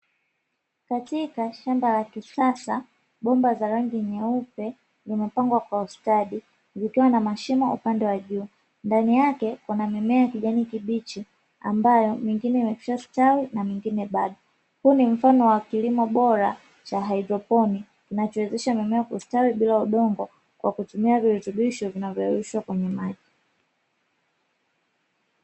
Katika shamba la kisasa bomba za rangi nyeupe zimepangwa kwa ustadi zikiwa na mashimo upande wa juu, ndani yake kuna mimea ya kijani kibichi ambayo mingine imekwisha stawi na mingine bado. Huu ni mfano wa kilimo bora cha hydroponi kinacho wezesha mimea kustawi bila udongo, kwa kutumia virutubisho vinavyowekwa kwenye maji.